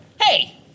hey